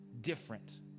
different